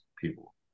people